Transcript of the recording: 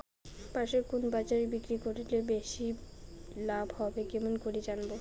পাশের কুন বাজারে বিক্রি করিলে বেশি লাভ হবে কেমন করি জানবো?